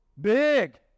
Big